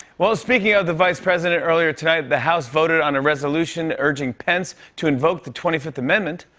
well, speaking of the vice president, earlier tonight, the house voted on a resolution urging pence to invoke the twenty fifth amendment.